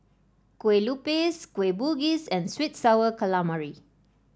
Kue Lupis Kueh Bugis and sweet and sour calamari